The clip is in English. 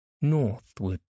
northward